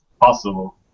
possible